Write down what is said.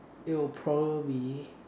it will probably be